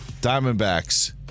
Diamondbacks